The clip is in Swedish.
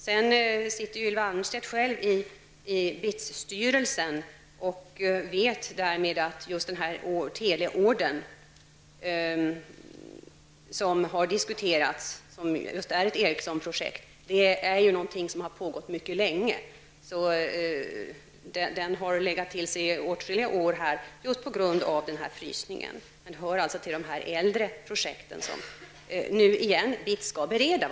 Ylva Annerstedt sitter själv i styrelsen för BITS och vet därför att denna teleorder är just ett Ericssonprojekt. Detta är någonting som har pågått mycket länge. Projektet har legat till sig i åtskilliga år just på grund av denna frysning. Detta hör alltså till de äldre projekt som BITS nu återigen skall bereda.